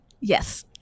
Yes